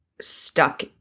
stuck